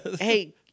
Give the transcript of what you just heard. hey